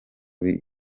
biba